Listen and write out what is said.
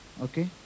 Okay